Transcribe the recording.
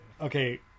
Okay